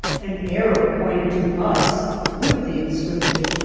an arrow pointed to us with the inscription,